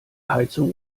heizung